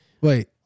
Wait